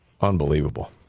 Unbelievable